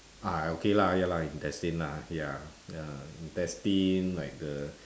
ah okay lah ya lah intestine lah ya ya intestine like the